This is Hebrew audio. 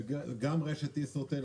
וגם עם רשת ישרוטל,